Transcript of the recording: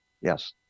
Yes